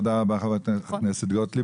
חברת הכנסת גוטליב,